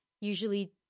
usually